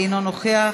אינו נוכח,